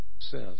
says